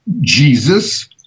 Jesus